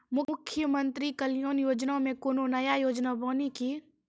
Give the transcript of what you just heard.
मुख्यमंत्री कल्याण योजना मे कोनो नया योजना बानी की?